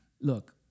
look